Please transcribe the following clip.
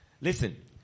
Listen